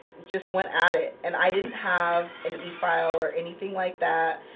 just went at it and i didn't have an e file or anything like that.